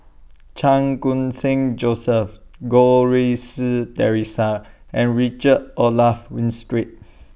Chan Khun Sing Joseph Goh Rui Si Theresa and Richard Olaf Winstedt